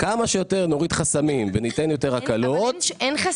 כמה שיותר נוריד חסמים וניתן יותר הקלות -- אבל אין חסמים.